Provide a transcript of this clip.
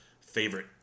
favorite